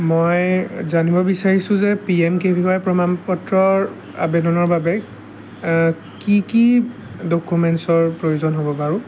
মই জানিব বিচাৰিছোঁ যে P M K V Y প্ৰমাণপত্ৰৰ আবেদনৰ বাবে কি কি ডকুমেণ্টছৰ প্ৰয়োজন হ'ব বাৰু